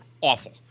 awful